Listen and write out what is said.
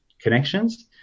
connections